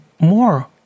More